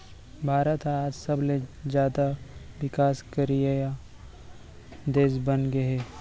भारत ह आज सबले जाता बिकास करइया देस बनगे हे